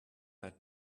that